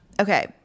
Okay